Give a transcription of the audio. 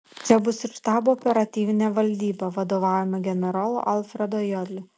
čia bus ir štabo operatyvinė valdyba vadovaujama generolo alfredo jodlio